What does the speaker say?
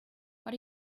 what